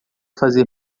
fazer